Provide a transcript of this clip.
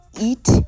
eat